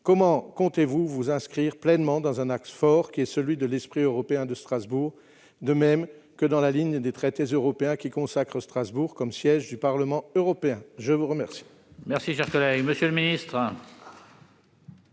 comment comptez-vous vous inscrire pleinement dans un axe fort, celui de l'esprit européen de Strasbourg, de même que dans la ligne des traités européens qui consacrent Strasbourg comme siège du Parlement européen ? La parole